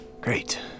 Great